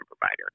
provider